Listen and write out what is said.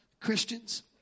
Christians